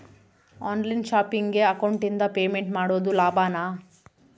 On line ಶಾಪಿಂಗಿಗೆ ಅಕೌಂಟಿಂದ payment ಮಾಡೋದು ಲಾಭಾನ?